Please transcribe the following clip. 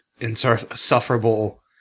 insufferable